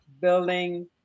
building